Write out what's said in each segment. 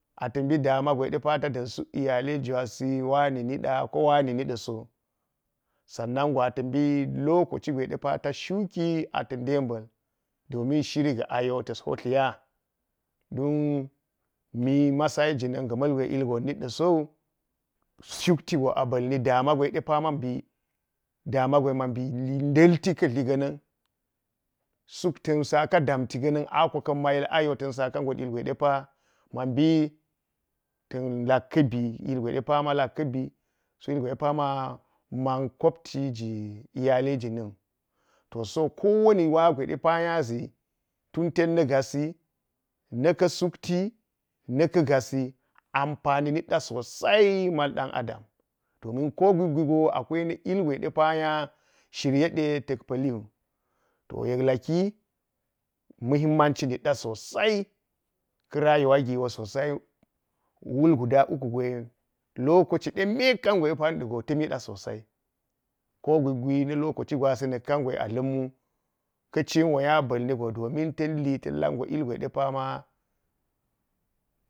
Gwe de pa ta da̱n suk iyalai iwasi waani nida ko waani niɗa so – sannan go ata̱ mbi lokaci gwe ɗe pa ta shuki ata̱ nde yeba̱l domin shiri ga̱ ayo ta̱a bo thiya dun – mi masayi jinin ga̱ ma̱lgwe ilgon mitɗa sowu – shukti go a ba̱lni daama gwe de pa mabi daama gwe de pa ma mbi ndalti ka̱ dhi ga̱na̱n wu. suk ta̱n sa ka daamti ga̱na̱ni a ko ka̱n ma yil ayo a ma̱ saka ngot ilgwe mambi ta̱n lak ka̱ nbi ilgwe de ma̱ lak ka̱ bi – ilgwe de pa̱ ma man kopti ji iyalai jina̱n to so kowanni ilgwe de pa nya ʒi tut ten na̱ gasi, na̱ ka sukti, na̱ ka̱ gasi amfani – nidɗa so sai mal dan adam, domin gukojwgo akwa ni ilgwe de pa nya shirye de ta̱k pa̱li wui, yo yek laki muhimmanci nidda sosai. Ka rayuwa gi go wul guda ulau go lokaci ɗemekan de na ɗa̱ go ta̱ mida sosai ko gwiggwi na̱ lokaco gwasi. Cin won nya mba̱l ni go domin ta̱n li ta̱n go ilgwe de pa ma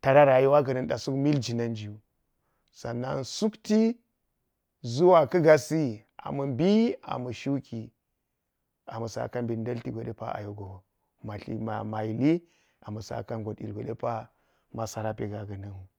tara rayuwa ga̱na̱n suk mil jina̱nju. Sannan sulati ʒuwa ka̱ gasi ami ama̱ shu ki ama̱ saka mbit ndalti matli-ma yili a ma̱ tara rayuwa ga̱na̱n wu.